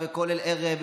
וזה כולל ערב,